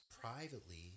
privately